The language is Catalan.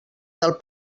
del